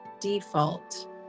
default